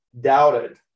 Doubted